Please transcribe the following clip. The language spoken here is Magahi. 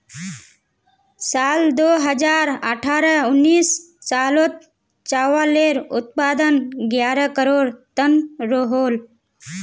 साल दो हज़ार अठारह उन्नीस सालोत चावालेर उत्पादन ग्यारह करोड़ तन रोहोल